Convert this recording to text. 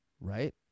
right